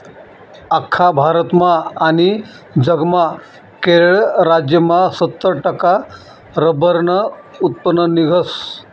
आख्खा भारतमा आनी जगमा केरळ राज्यमा सत्तर टक्का रब्बरनं उत्पन्न निंघस